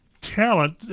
talent